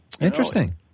Interesting